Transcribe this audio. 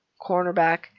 cornerback